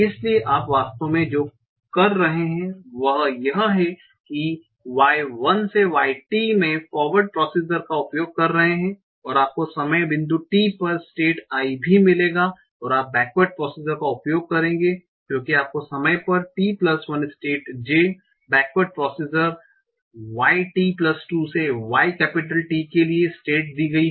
इसलिए आप वास्तव में जो कर रहे हैं वह यह है कि y 1 से y t में फारवर्ड प्रोसीजर का उपयोग कर रहे हैं और आपको समय बिंदु t पर स्टेट i भी मिलेगा और आप बेकवर्ड प्रोसीजर का उपयोग करेंगे क्योंकि आपको समय पर t1 state j backward procedure yt 2 से y केपिटल T के लिए स्टेट दी गयी है